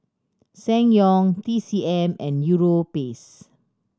Ssangyong T C M and Europace